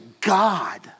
God